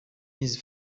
his